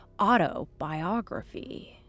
autobiography